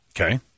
Okay